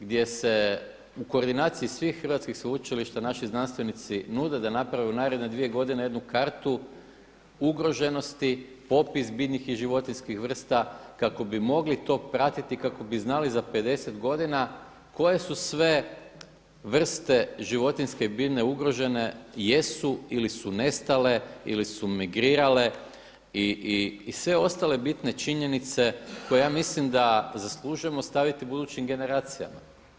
gdje se u koordinaciji svih hrvatskih sveučilišta naši znanstvenici nude da naprave u naredne dvije godine jednu kartu ugroženosti, popis biljnih i životinjskih vrsta kako bi mogli to pratiti, kako bi znali za 50 godina koje su sve vrste životinjske i biljne ugrožene, jesu ili su nestale ili su migrirale i sve ostale bitne činjenice koje ja mislim da zaslužujemo ostaviti budućim generacijama.